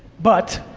but.